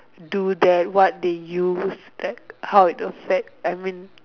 do that what they use that how it affect I mean